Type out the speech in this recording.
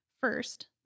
First